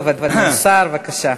טוב, אדוני השר, בבקשה.